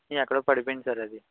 ఎక్కడో పడిపోయింది సార్ అది